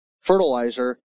fertilizer